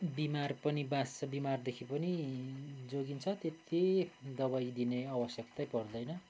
बिमार पनि बाँच्छ बिमारदेखि पनि जोगिन्छ त्यत्ति दबाई दिने आवश्कतै पर्दैन